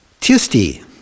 Tuesday